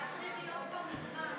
זה היה צריך להיות כבר מזמן.